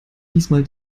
diesmal